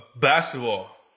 basketball